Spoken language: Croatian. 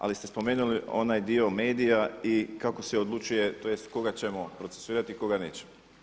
Ali ste spomenuli onaj dio medija i kako se odlučuje, tj. koga ćemo procesuirati a koga nećemo.